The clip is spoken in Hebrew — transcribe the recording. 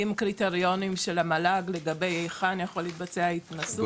עם קריטריונים של המל"ג לגבי היכן יכולה להתבצע ההתנסות.